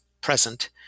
present